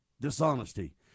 dishonesty